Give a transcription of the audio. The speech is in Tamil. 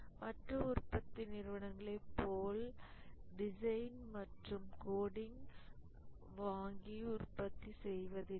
மற்ற உற்பத்தி நிறுவனங்களை போல டிசைன் மற்றும் கோடிங் வாங்கி உற்பத்தி செய்வதில்லை